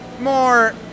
more